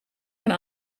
mijn